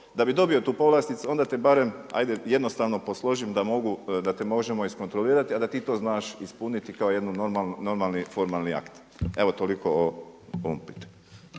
da bi dobio tu povlasticu onda ti barem hajde jednostavno posložim da mogu, da te možemo iskontrolirati, a da ti to znaš ispuniti kao jedan normalni formalni akt. Evo toliko o ovom